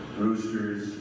roosters